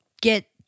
get